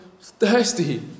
thirsty